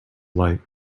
light